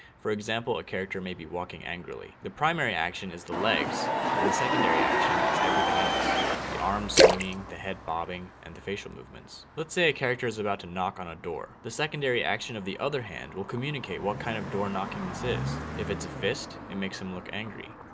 for example a character may be walking angrily. the primary action is the legs and the secondary action is everything else the arms swinging, the head bobbing and the facial movements. let's say a character is about to knock on a door. the secondary action of the other hand will communicate what kind of door knocking this is. if it's a fist, it makes him look angry.